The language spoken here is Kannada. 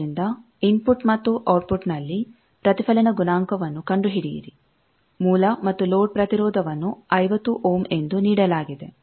ಆದ್ದರಿಂದ ಇನ್ಫುಟ್ ಮತ್ತು ಔಟ್ಪುಟ್ನಲ್ಲಿ ಪ್ರತಿಫಲನ ಗುಣಾಂಕವನ್ನು ಕಂಡುಹಿಡಿಯಿರಿ ಮೂಲ ಮತ್ತು ಲೋಡ್ ಪ್ರತಿರೋಧವನ್ನು 50 ಓಮ್ ಎಂದು ನೀಡಲಾಗಿದೆ